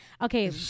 Okay